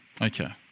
Okay